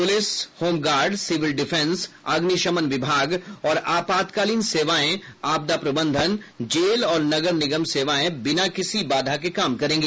police home guard civil defence अग्निशमन विभाग और आपातकालीन सेवाएं आपदा प्रबंधन जेल और नगर निगम सेवाएं बिना किसी बाधा के काम करेंगी